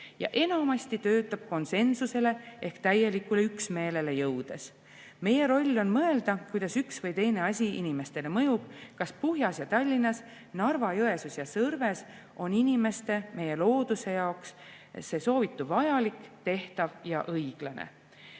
ja enamasti töötab konsensusele ehk täielikule üksmeelele jõudes. Meie roll on mõelda, kuidas üks või teine asi Eesti inimestele mõjub, kas soovitu on Puhjas ja Tallinnas, Narva-Jõesuus ja Sõrves nii inimeste kui ka meie looduse jaoks vajalik, tehtav ja õiglane.